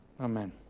Amen